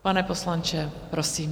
Pane poslanče, prosím.